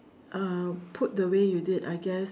uh put the way you did I guess